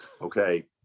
Okay